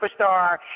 superstar